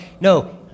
no